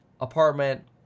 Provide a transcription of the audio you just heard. apartment